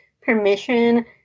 permission